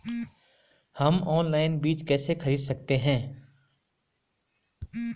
हम ऑनलाइन बीज कैसे खरीद सकते हैं?